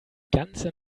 ganze